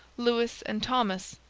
lewis and thomas,